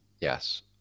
Yes